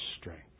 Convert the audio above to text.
strength